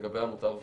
לגבי המותר והאסור.